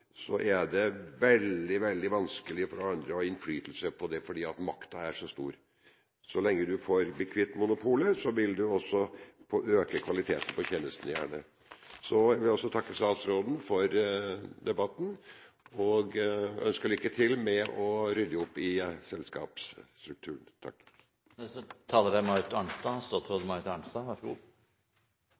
er det veldig vanskelig for andre å ha innflytelse, fordi makta er så stor. Så sant du blir kvitt monopolet, vil du gjerne også få økt kvalitet på tjenestene. Jeg vil også takke statsråden for debatten og ønske lykke til med å rydde opp i selskapsstrukturen. I likhet med interpellanten er